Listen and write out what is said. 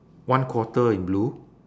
one quarter in blue